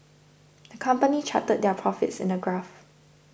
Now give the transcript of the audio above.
the company charted their profits in a graph